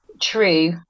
true